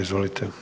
Izvolite.